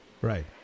Right